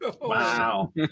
wow